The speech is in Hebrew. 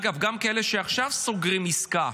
אגב, גם כאלה שעכשיו סוגרים עסקה.